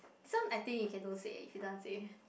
this one I think you can don't say if you don't want say